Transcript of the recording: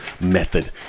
method